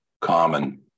common